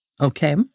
Okay